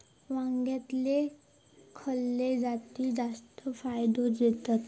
वांग्यातले खयले जाती जास्त फायदो देतत?